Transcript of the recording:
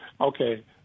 Okay